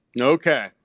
Okay